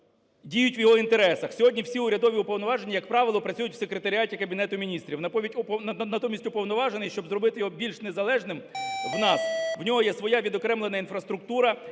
діють в його інтересах. Сьогодні всі урядові уповноважені, як правило, працюють в Секретаріаті Кабінету Міністрів. Натомість уповноважений, щоб зробити його більш незалежним у нас, у нього є своя відокремлена інфраструктура,